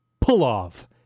pull-off